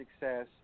success